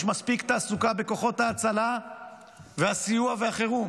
יש מספיק תעסוקה בכוחות ההצלה והסיוע והחירום,